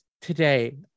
today